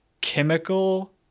chemical